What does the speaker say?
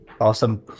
Awesome